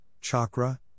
chakra